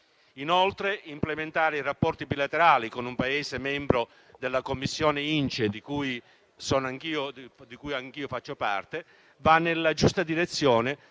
Inoltre, implementare i rapporti bilaterali con un Paese membro della Commissione INCE, di cui anch'io faccio parte, va nella giusta direzione,